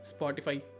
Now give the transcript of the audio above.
Spotify